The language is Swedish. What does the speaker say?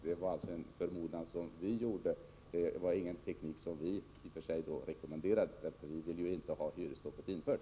Det var alltså en förmodan som vi gav uttryck åt och inte en teknik som vi i och för sig rekommenderade, för vi ville ju inte ha hyresstoppet infört.